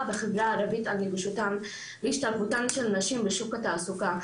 הערבית על נגישותן והשתלבותן של נשים בשוק התעסוקה.